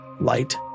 light